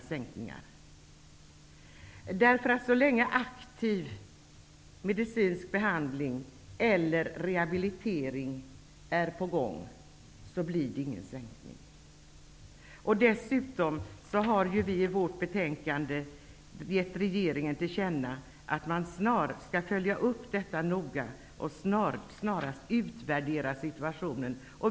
Det är nämligen så, att så länge aktiv medicinsk behandling eller rehabilitering pågår sänks inte sjukpenningen. Vi har också i vårt betänkande gett regeringen till känna att den bör följa upp detta noga och snarast utvärdera situationen.